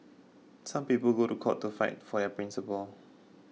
some people go to court to fight for principles